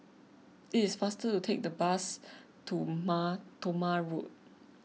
it is faster to take the bus to Mar Thoma Road